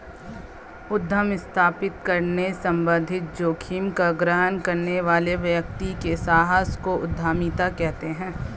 उद्यम स्थापित करने संबंधित जोखिम का ग्रहण करने वाले व्यक्ति के साहस को उद्यमिता कहते हैं